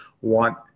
want